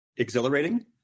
exhilarating